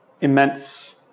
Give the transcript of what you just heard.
immense